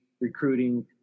recruiting